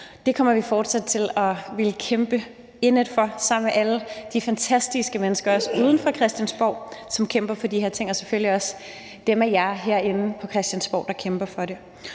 Det kommer vi fortsat til at ville kæmpe indædt for sammen med alle de fantastiske mennesker, også uden for Christiansborg, som kæmper for de her ting – men selvfølgelig også med dem af jer herinde på Christiansborg, der kæmper for det.